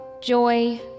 joy